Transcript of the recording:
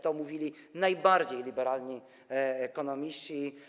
To mówili najbardziej liberalni ekonomiści.